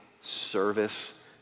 service